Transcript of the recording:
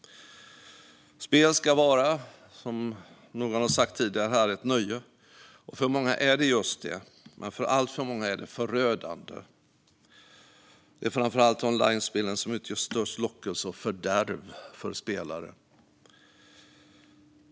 Spel ska, som någon sa här tidigare, vara ett nöje. För många är det just det, men för alltför många är det förödande. Det är framför allt onlinespelen som medför störst lockelse och fördärv för spelare.